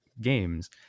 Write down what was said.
games